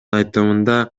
айтымында